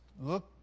look